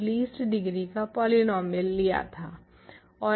हम इसे least degree का पोलिनोमियल चुनते थे